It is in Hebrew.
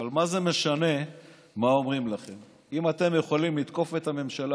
אבל מה זה משנה מה אומרים לכם אם אתם יכולים לתקוף את הממשלה?